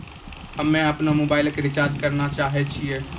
हम्मे अपनो मोबाइलो के रिचार्ज करना चाहै छिये